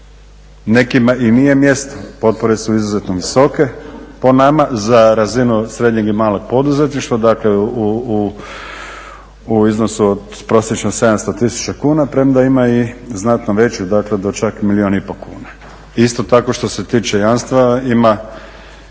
nekima i nije mjesto. Potpore su izuzetno visoke, po nama za razinu srednjem i malog poduzetništva, dakle u iznosu od prosječno 700 tisuća kuna, premda ima i znatno veću, dakle do čak milijun i po kuna. Isto tako što se tiče jamstva ima